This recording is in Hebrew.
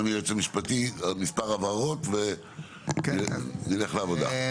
אדוני היועץ המשפטי עוד מספר הבהרות ונלך לעבודה.